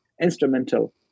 instrumental